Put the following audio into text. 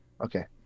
Okay